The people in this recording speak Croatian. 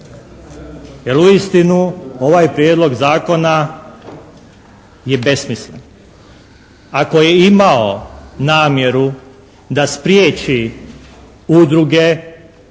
jer uistinu ovaj Prijedlog zakona je besmislen. Ako je i imao namjeru da spriječi udruge